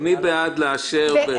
מי בעד --- רגע,